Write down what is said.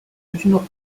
original